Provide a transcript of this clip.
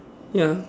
ya